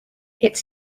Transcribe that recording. its